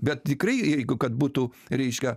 bet tikrai jeigu kad būtų reiškia